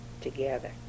together